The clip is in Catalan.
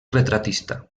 retratista